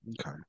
Okay